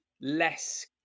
less